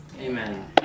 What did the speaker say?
Amen